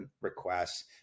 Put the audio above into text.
requests